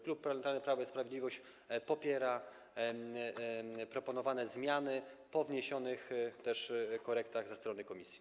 Klub Parlamentarny Prawo i Sprawiedliwość popiera proponowane zmiany, po wniesionych też korektach ze strony komisji.